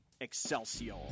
Excelsior